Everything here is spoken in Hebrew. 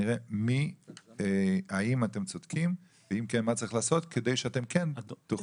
נראה האם אתם צודקים ואם כן מה צריך לעשות כדי שאתם כן תוכלו,